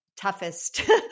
toughest